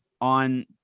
on